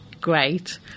great